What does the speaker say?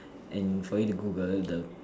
and for you to Google the